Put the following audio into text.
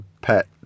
pet